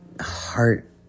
heart